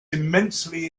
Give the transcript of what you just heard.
immensely